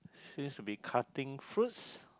seems to be cutting fruits